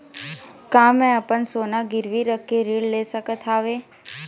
का मैं अपन सोना गिरवी रख के ऋण ले सकत हावे?